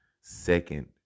second